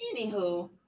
anywho